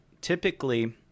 Typically